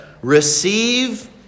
Receive